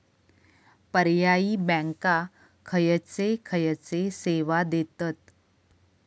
पर्यायी बँका खयचे खयचे सेवा देतत?